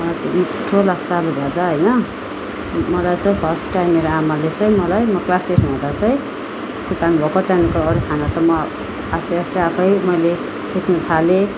मलाई चाहिँ मिठो लाग्छ आलु भाजा होइन मलाई चाहिँ फर्स्ट टाइम मेरो आमाले चाहिँ मलाई म क्लास एइटमा हुँदा चाहिँ सिकाउनु भएको त्यहाँको अरू खाना त म आस्ते आस्ते आफैँ मैले सिक्न थालेँ